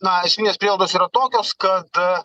na esminės prielaidos yra tokios kad